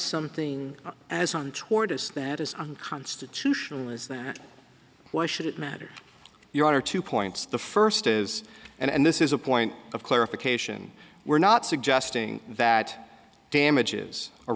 something as on tortoise that is unconstitutional is that why should it matter your honor two points the first is and this is a point of clarification we're not suggesting that damages a